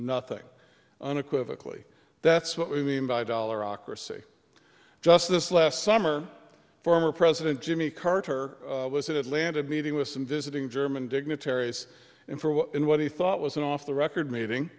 nothing unequivocal that's what we mean by dollar ocracy just this last summer former president jimmy carter was in atlanta meeting with some visiting german dignitaries and in what he thought was an off the record meeting